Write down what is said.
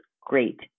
great